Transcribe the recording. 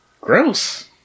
Gross